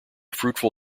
fruitful